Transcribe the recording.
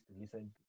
listen